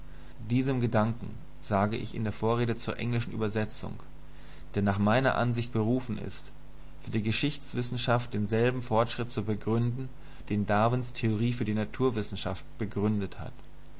diesem gedanken sage ich in der vorrede zur englischen übersetzung der nach meiner ansicht berufen ist für die geschichtswissenschaft denselben fortschritt zu begründen den darwins theorie für die naturwissenschaft begründet hat